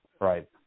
right